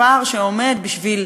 הפער שעומד בשביל